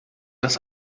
das